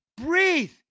Breathe